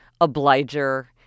obliger